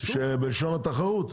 בשם התחרות?